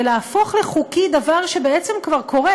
זה להפוך לחוקי דבר שבעצם כבר קורה,